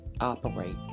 operate